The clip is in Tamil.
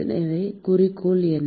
எனவே குறிக்கோள் என்ன